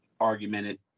argumented